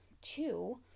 two